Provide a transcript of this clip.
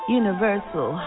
universal